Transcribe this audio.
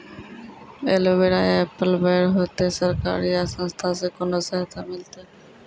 Aloe vera या apple बैर होते? सरकार या संस्था से कोनो सहायता मिलते?